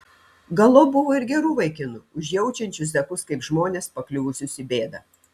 galop buvo ir gerų vaikinų užjaučiančių zekus kaip žmones pakliuvusius į bėdą